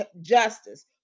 justice